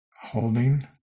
holding